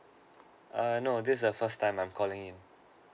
err no this is first time I'm calling in